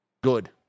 good